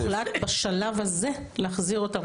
והוחלט בשלב הזה להחזיר אותם לתפקוד מלא.